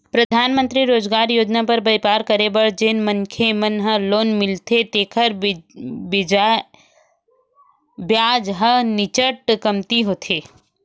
परधानमंतरी रोजगार योजना म बइपार करे बर जेन मनखे मन ल लोन मिलथे तेखर बियाज ह नीचट कमती होथे